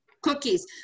cookies